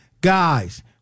Guys